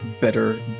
better